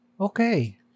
Okay